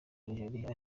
algeria